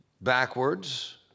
backwards